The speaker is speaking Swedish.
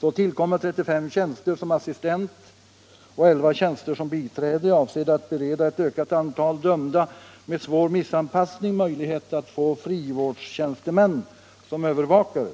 Så tillkommer 35 tjänster som assistent och: 11 tjänster som biträde avsedda att bereda ett ökat antal dömda med svår missanpassning möjlighet att få frivårdstjänstemän som övervakare.